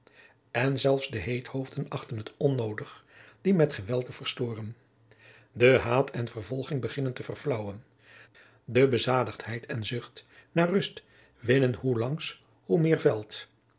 en zelfs de heethoofden achten het onnoodig die met geweld te verstoren de haat en vervolging beginnen te verflaauwen de bezadigdheid en zucht naar rust winnen hoe langs hoe meer veld